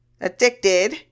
addicted